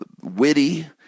witty